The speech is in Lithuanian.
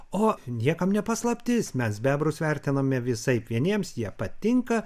o niekam ne paslaptis mes bebrus vertiname visaip vieniems jie patinka